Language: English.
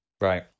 Right